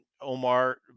Omar